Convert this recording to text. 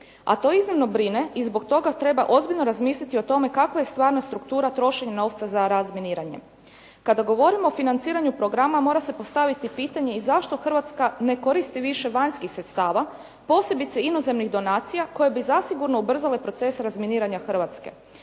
A to iznimno brine i zbog toga treba ozbiljno razmisliti o tome kakva je stvarna struktura trošenja novca za razminiranje. Kada govorimo o financiranju programa, mora se postaviti pitanje i zašto Hrvatska ne koristi više vanjskih sredstava, posebice inozemnih donacija, koje bi zasigurno ubrzale proces razminiranja Hrvatske.